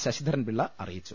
ശശിധരൻപിള്ള അറിയിച്ചു